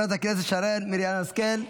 חברת הכנסת שרן מרים השכל,